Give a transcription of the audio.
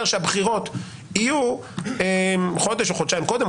שהבחירות יהיו חודש או חודשיים קודם,